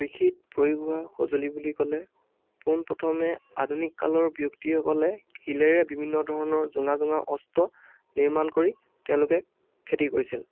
কৃষিত প্ৰয়োগ হোৱা সঁজুলি বুলি ক'লে পোনপ্ৰথমে আধুনিককালৰ ব্যক্তিসকলে শিলেৰে বিভিন্ন ধৰণৰ জোঙা জোঙা অস্ত্ৰ নিৰ্মাণ কৰি তেওঁলোকে খেতি কৰিছিল